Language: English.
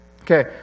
Okay